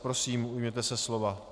Prosím, ujměte se slova.